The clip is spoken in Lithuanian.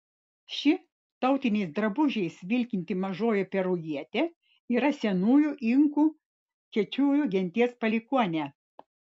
ši tautiniais drabužiais vilkinti mažoji perujietė yra senųjų inkų kečujų genties palikuonė